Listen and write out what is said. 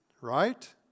right